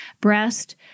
breast